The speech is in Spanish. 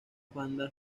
bandas